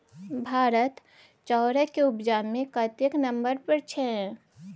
भारत चाउरक उपजा मे कतेक नंबर पर छै?